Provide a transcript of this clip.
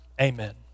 amen